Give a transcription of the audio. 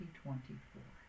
2024